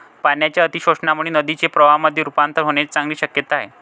पाण्याच्या अतिशोषणामुळे नदीचे प्रवाहामध्ये रुपांतर होण्याची चांगली शक्यता आहे